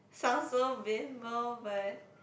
sounds so bimbo but